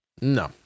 No